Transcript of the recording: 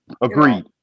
Agreed